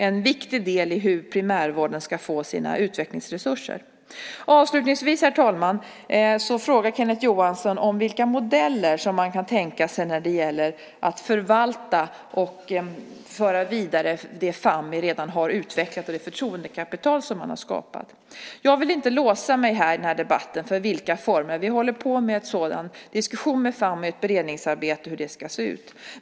En viktig del är hur primärvården ska få sina utvecklingsresurser. Avslutningsvis, herr talman, frågar Kenneth Johansson vilka modeller jag kan tänka mig när det gäller att förvalta och föra vidare det som Fammi redan har utvecklat och det förtroendekapital som man har skapat. Jag vill inte låsa mig i den här debatten för några former. Vi har en sådan diskussion med Fammi och ett beredningsarbete om hur det ska se ut.